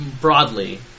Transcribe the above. broadly